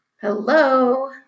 Hello